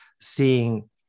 seeing